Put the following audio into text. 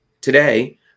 today